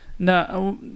No